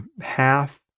half